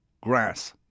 Grass